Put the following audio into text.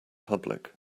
public